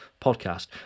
podcast